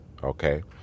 Okay